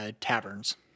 taverns